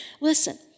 Listen